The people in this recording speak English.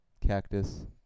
Cactus